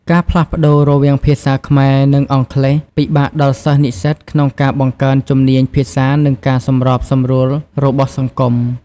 ការផ្លាស់ប្ដូរវាងភាសាខ្មែរ និងអង់គ្លេសពិបាកដល់សិស្សនិស្សិតក្នុងការបង្កើនជំនាញភាសានិងការសម្របសម្រួលរបស់សង្គម។